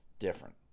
different